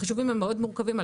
החישובים הם מאד מורכבים.